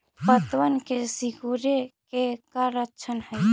पत्तबन के सिकुड़े के का लक्षण हई?